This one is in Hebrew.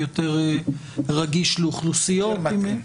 יותר רגיש לאוכלוסיות,